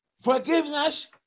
Forgiveness